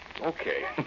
Okay